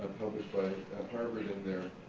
published by harvard in their